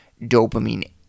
dopamine